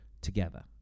together